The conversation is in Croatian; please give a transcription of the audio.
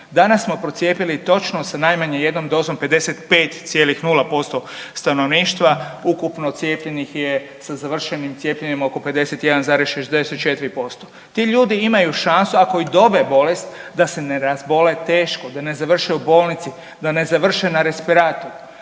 Danas smo procijepili točno sa najmanje jednom dozom 55,0% stanovništva, ukupno cijepljenih je sa završenim cijepljenjem je oko 51,64%. Ti ljudi imaju šansu, ako i dobe bolest, da se ne razbole teško, da ne završe u bolnici, da ne završe na respiratoru,